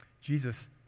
Jesus